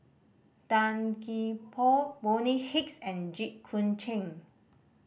Tan Gee Paw Bonny Hicks and Jit Koon Ch'ng